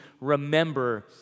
remember